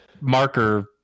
marker